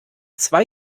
zwei